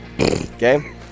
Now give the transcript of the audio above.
Okay